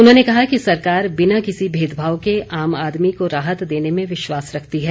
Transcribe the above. उन्होंने कहा कि सरकार बिना किसी भेदभाव के आम आदमी को राहत देने में विश्वास रखती है